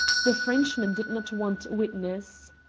the frenchman did not want witnesses.